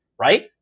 right